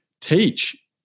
teach